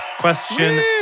Question